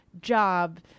job